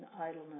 idleness